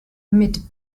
mit